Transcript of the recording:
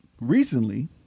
recently